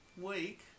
week